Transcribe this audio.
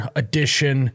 edition